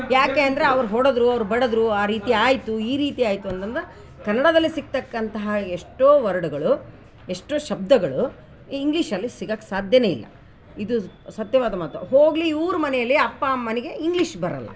ಯಾಕೆ ಅಂದರೆ ಅವ್ರು ಹೊಡೆದ್ರು ಅವ್ರು ಬಡಿದ್ರು ಆ ರೀತಿ ಆಯಿತು ಈ ರೀತಿ ಆಯಿತು ಅಂದಂದು ಕನ್ನಡದಲ್ಲಿ ಸಿಕ್ತಕ್ಕಂತಹ ಎಷ್ಟೋ ವರ್ಡ್ಗಳು ಎಷ್ಟೋ ಶಬ್ದಗಳು ಇಂಗ್ಲೀಷ್ ಅಲ್ಲಿ ಸಿಗೋಕ್ ಸಾಧ್ಯನೇ ಇಲ್ಲ ಇದು ಸತ್ಯವಾದ ಮಾತು ಹೋಗಲಿ ಇವ್ರ ಮನೇಲಿ ಅಪ್ಪ ಅಮ್ಮನಿಗೆ ಇಂಗ್ಲೀಷ್ ಬರೋಲ್ಲ